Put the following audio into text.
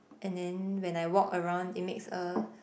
and then when I walk around it makes a